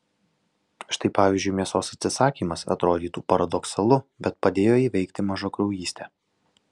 štai pavyzdžiui mėsos atsisakymas atrodytų paradoksalu bet padėjo įveikti mažakraujystę